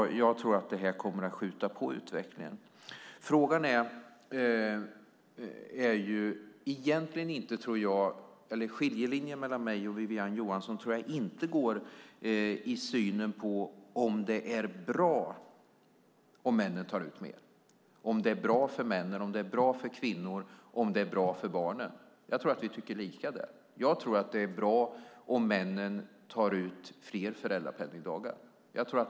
Jag tror att det här kommer att skjuta på utvecklingen. Skiljelinjen mellan mig och Wiwi-Anne Johansson tror jag inte går i synen på om det är bra om männen tar ut mer, om det är bra för männen, bra för kvinnor, bra för barnen. Jag tror att vi tycker lika där. Jag tror att det är bra om männen tar ut fler föräldrapenningdagar.